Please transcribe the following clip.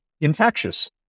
infectious